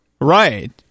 Right